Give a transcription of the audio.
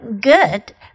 good